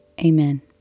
Amen